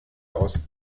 aus